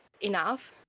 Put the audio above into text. enough